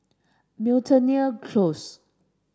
Miltonia Close